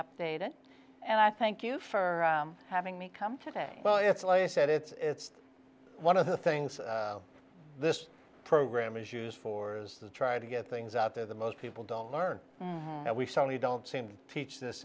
updated and i thank you for having me come today well it's like i said it's one of the things this program is used for is to try to get things out there the most people don't learn and we certainly don't seem to teach this